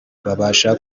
babasha